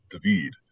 David